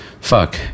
fuck